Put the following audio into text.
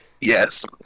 Yes